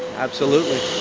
absolutely